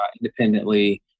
independently